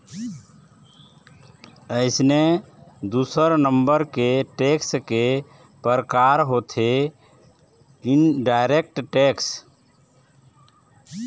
अइसने दूसर नंबर के टेक्स के परकार होथे इनडायरेक्ट टेक्स